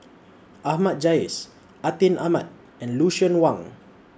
Ahmad Jais Atin Amat and Lucien Wang